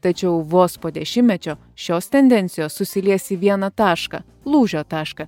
tačiau vos po dešimtmečio šios tendencijos susilies į vieną tašką lūžio tašką